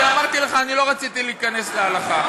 אני אמרתי לך, אני לא רציתי להיכנס להלכה.